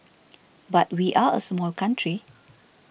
but we are a small country